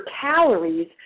calories